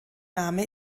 name